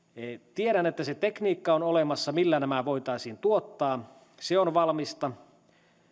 tiedän että on olemassa se tekniikka millä nämä voitaisiin tuottaa se on valmista